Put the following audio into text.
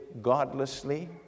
godlessly